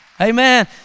Amen